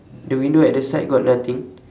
the window at the side got nothing